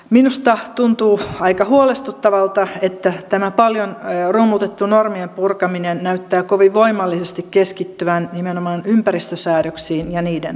minusta tuntuu aika huolestuttavalta että tämä paljon rummutettu normien purkaminen näyttää kovin voimallisesti keskittyvän nimenomaan ympäristösäädöksiin ja niiden valvontaan